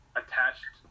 attached